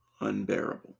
unbearable